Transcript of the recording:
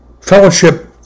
Fellowship